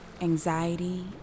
anxiety